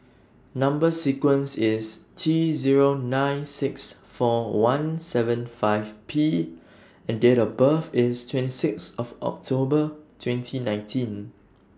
Number sequence IS T Zero nine six four one seven five P and Date of birth IS twenty six October twenty nineteen